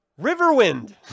Riverwind